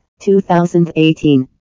2018